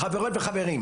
חברים וחברות,